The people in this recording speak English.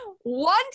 one